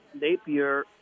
Napier